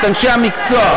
את אנשי המקצוע.